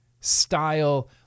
style